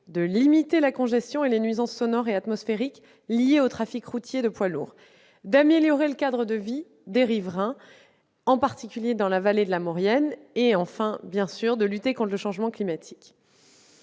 de limiter la congestion et les nuisances sonores et atmosphériques liées au trafic routier de poids lourds, d'améliorer le cadre de vie des riverains, en particulier dans la vallée de la Maurienne, et de lutter contre le changement climatique.